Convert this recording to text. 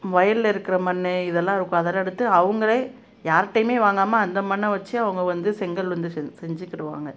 வயலில் இருக்கிற மண் இதெல்லாம் இருக்கும் அதெல்லாம் எடுத்து அவங்களே யார்க்கிட்டேயுமே வாங்காமல் அந்த மண்ணை வைச்சு அவங்க வந்து செங்கல் வந்த செஞ்சு செஞ்சுக்கிருவாங்க